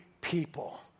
people